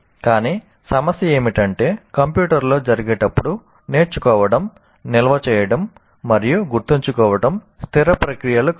కానీ సమస్య ఏమిటంటే కంప్యూటర్లో జరిగేటప్పుడు నేర్చుకోవడం నిల్వ చేయడం మరియు గుర్తుంచుకోవడం స్థిర ప్రక్రియలు కాదు